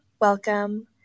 welcome